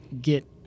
get